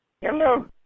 Hello